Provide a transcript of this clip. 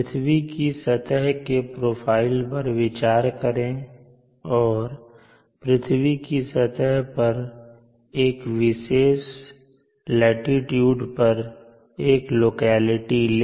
पृथ्वी की सतह के प्रोफाइल पर विचार करें और पृथ्वी की सतह पर एक विशेष लाटीट्यूड पर एक लोकेलिटी ले